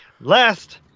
last